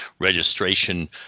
registration